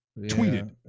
Tweeted